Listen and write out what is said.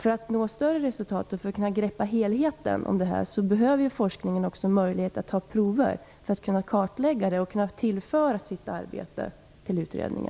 För att nå bättre resultat och kunna greppa helheten behöver forskningen en möjlighet att ta prover för att kunna kartlägga missbruket och tillföra utredningen sitt arbete.